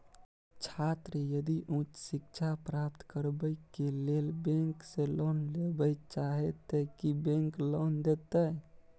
छात्र यदि उच्च शिक्षा प्राप्त करबैक लेल बैंक से लोन लेबे चाहे ते की बैंक लोन देतै?